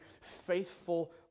faithful